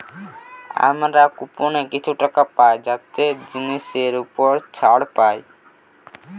আমরা কুপনে কিছু টাকা পাই যাতে জিনিসের উপর ছাড় পাই